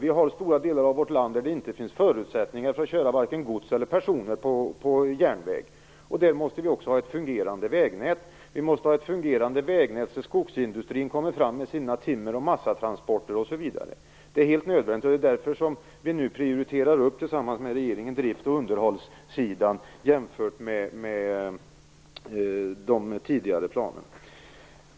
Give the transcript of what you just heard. I stora delar av vårt land finns det inte några förutsättningar för att köra vare sig gods eller personer på järnväg. Där måste vi också ha ett fungerande vägnät. Vi måste ha ett fungerande vägnät så att skogsindustrin kommer fram med sina timmer och massatransporter osv. Det är helt nödvändigt. Det är därför som vi nu tillsammans med regeringen prioriterar drift och underhållssidan jämfört med de tidigare planerna.